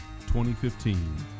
2015